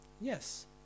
yes